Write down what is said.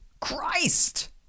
Christ